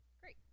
great